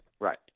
right